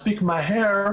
מספיק מהר,